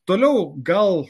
toliau gal